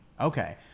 Okay